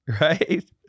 right